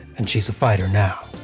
and she's a fighter now.